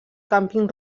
càmping